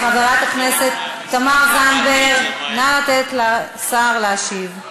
חברת הכנסת תמר זנדברג, נא לתת לשר להשיב.